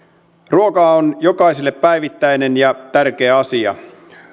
ruoka on jokaiselle päivittäinen ja tärkeä asia